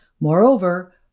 Moreover